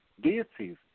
deities